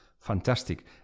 Fantastic